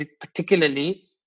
particularly